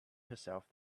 herself